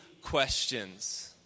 questions